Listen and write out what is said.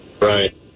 right